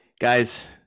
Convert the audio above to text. guys